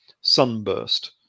sunburst